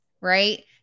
right